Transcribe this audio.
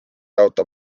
auto